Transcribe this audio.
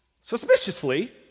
suspiciously